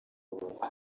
rubavu